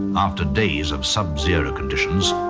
after days of subzero conditions,